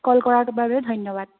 কল কৰাৰ বাবে ধন্যবাদ